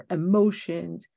emotions